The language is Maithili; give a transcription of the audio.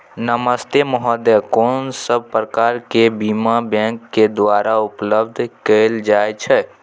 नमस्ते महोदय, कोन सब प्रकार के बीमा बैंक के द्वारा उपलब्ध कैल जाए छै?